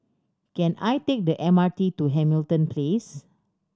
can I take the M R T to Hamilton Place